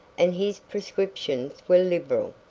and his prescriptions were liberal.